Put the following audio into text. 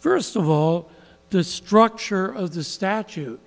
first of all the structure of the statute